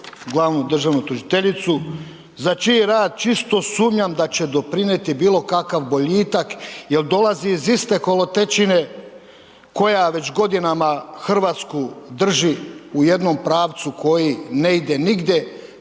za čiji rad čisto sumnjam da će doprinijeti bilo kakav boljitak jer dolazi iz iste kolotečine koja već godinama Hrvatsku drži u jednom pravcu koji ne ide nigdje